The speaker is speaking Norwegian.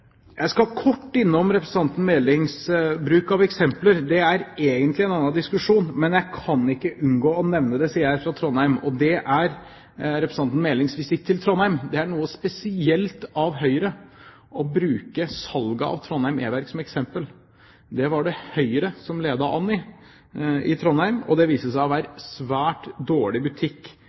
Jeg skal kort innom representanten Melings bruk av eksempler. Det er egentlig en annen diskusjon, men jeg kan ikke unngå å nevne det, siden jeg er fra Trondheim, og det er representanten Melings visitt til Trondheim. Det er noe spesielt av Høyre å bruke salget av Trondheim e-verk som eksempel. Det var det Høyre som ledet an i i Trondheim, og det viste seg å være svært dårlig butikk